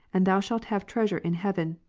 and thou shall have treasure in heaven,